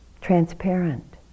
Transparent